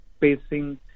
pacing